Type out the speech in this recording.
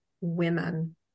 women